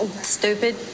stupid